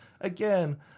again